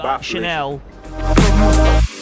Chanel